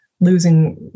losing